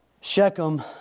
Shechem